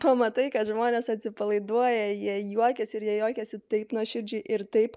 pamatai kad žmonės atsipalaiduoja jie juokiasi ir jie juokiasi taip nuoširdžiai ir taip